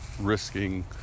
risking